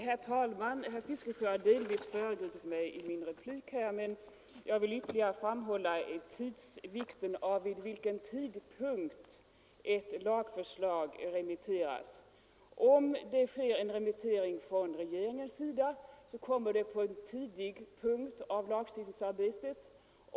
Herr talman! Herr Fiskesjö har delvis föregripit mig i sin replik, men jag vill ytterligare framhålla att det är väsentligt vid vilken tidpunkt ett lagförslag remitteras. Om remissen kommer från regeringen, genomförs lagrådsbehandlingen på en tidig punkt i lagstiftningsarbetet.